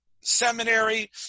seminary